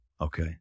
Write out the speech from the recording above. Okay